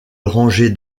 rangée